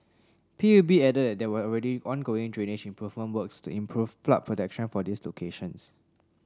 P U B added that there were already ongoing drainage improvement works to improve flood protection for these locations